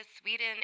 Sweden